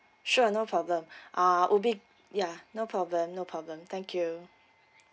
sure no problem ah will be yeah no problem no problem thank you